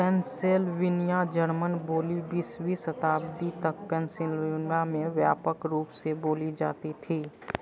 Pennsylvania German बोली बीसवीं शताब्दी तक पेन्सिलयुन्द्दा में व्यापक रूप से बोली जाती थी